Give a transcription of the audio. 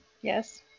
Yes